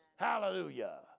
Hallelujah